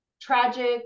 tragic